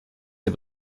der